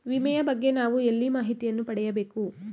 ವಿಮೆಯ ಬಗ್ಗೆ ನಾವು ಎಲ್ಲಿ ಮಾಹಿತಿಯನ್ನು ಪಡೆಯಬೇಕು?